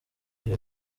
iyo